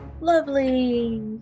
Lovely